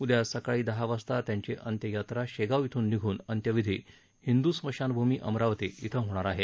उद्या सकाळी दहा वाजता त्यांची अंत्ययात्रा शेगाव इथून निघून अंत्यविधी हिंद्र स्मशानभूमी अमरावती इथं होणार आहे